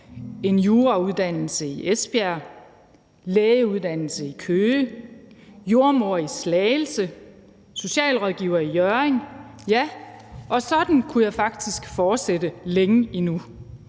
en jurauddannelse i Esbjerg, lægeuddannelse i Køge, jordemoderuddannelse i Slagelse og socialrådgiveruddannelse i Hjørring. Og sådan kunne jeg faktisk fortsætte længe endnu.